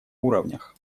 уровнях